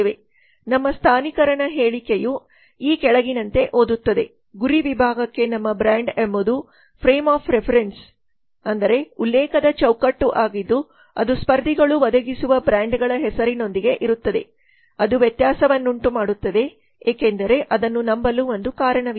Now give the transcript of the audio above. ನಮ್ಮ ಸ್ಥಾನಿಕರನ ಹೇಳಿಕೆಯು ಈ ಕೆಳಗಿನಂತೆ ಓದುತ್ತದೆ ಗುರಿ ವಿಭಾಗಕ್ಕೆ ನಮ್ಮ ಬ್ರ್ಯಾಂಡ್ ಎಂಬುದು ಫ್ರೇಮ್ ಆಫ್ ರೆಫರೆನ್ಸ್ ಉಲ್ಲೇಖದ ಚೌಕಟ್ಟು ಆಗಿದ್ದು ಅದು ಸ್ಪರ್ಧಿಗಳು ಒದಗಿಸುವ ಬ್ರ್ಯಾಂಡ್ಗಳ ಹೆಸರಿನೊಂದಿಗೆ ಇರುತ್ತದೆ ಅದು ವ್ಯತ್ಯಾಸವನ್ನುಂಟುಮಾಡುತ್ತದೆ ಏಕೆಂದರೆ ಅದನ್ನು ನಂಬಲು ಒಂದು ಕಾರಣವಿದೆ